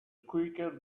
quicker